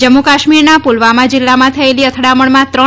જમ્મુ કાશ્મીરનાં પુલવામાં જિલ્લામાં થયેલી અથડામણમાં ત્રણ